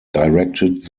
directed